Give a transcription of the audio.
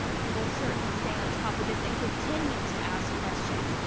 we will certainly stay on top of this and continue to ask questions.